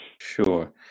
Sure